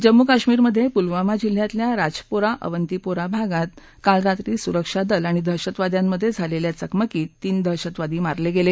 जम्मू कश्मीरमध्ये पुलवामा जिल्ह्यातल्या राजपोरा अवंतीपोरा भागात काल रात्री सुरक्षा दल आणि दहशतवाद्यांमध्ये झालेल्या चकमकीत तीन दहशतवादी मारले गेले